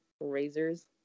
razors